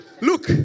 Look